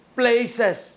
places